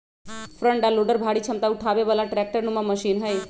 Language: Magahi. फ्रंट आ लोडर भारी क्षमता उठाबे बला ट्रैक्टर नुमा मशीन हई